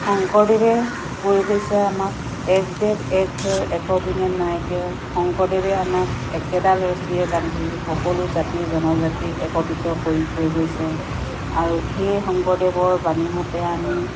শংকৰদেৱে কৈ গৈছে আমাক এক দেৱ এক সেৱ এক বিনে নাই কেৱ শংকৰদেৱে আমাক একেডাল ৰচীয়ে বান্ধি সকলো জাতি জনজাতিক একত্ৰিত কৰি থৈ গৈছে আৰু সেই শংকৰদেৱৰ বাণীৰ মতে আমি